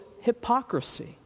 hypocrisy